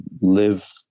live